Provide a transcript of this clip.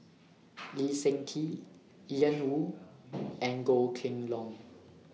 Lee Seng Tee Ian Woo and Goh Kheng Long